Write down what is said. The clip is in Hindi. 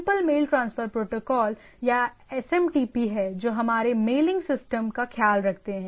सिंपल मेल ट्रांसफर प्रोटोकॉल या एसएमटीपी हैं जो हमारे मेलिंग सिस्टम का ख्याल रखते हैं